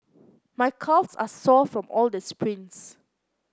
my calves are sore from all the sprints